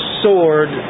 sword